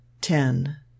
TEN